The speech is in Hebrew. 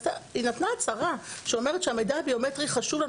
היא נתנה הצהרה שאומרת שהמידע הביומטרי חשוב לנו,